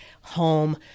home